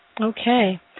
Okay